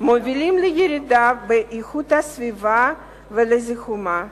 מובילים לירידה באיכות הסביבה ולזיהומה.